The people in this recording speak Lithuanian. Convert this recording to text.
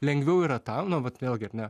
lengviau yra tą nu vat vėlgi ar ne